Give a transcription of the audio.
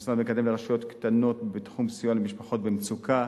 המשרד מקדם ברשויות קטנות בתחום סיוע למשפחות במצוקה,